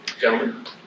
gentlemen